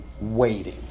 waiting